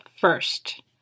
first